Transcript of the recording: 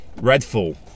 Redfall